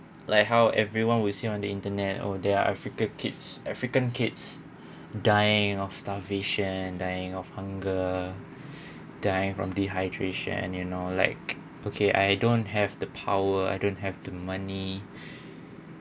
like how everyone will see on the internet or there are africa kids african kids dying of starvation dying of hunger die from dehydration you know like okay I don't have the power I don't have the money